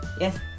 Yes